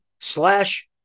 slash